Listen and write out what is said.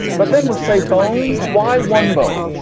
but then we'll say, bones, why one bone,